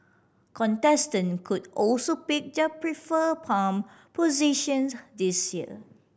contestant could also pick their preferred palm positions this year